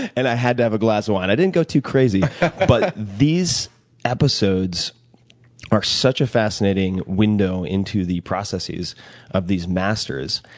and i had to have a glass of wine. i didn't go too crazy but these episodes are such a fascinating window into the processes of these masters.